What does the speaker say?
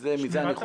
מזה אני חושש.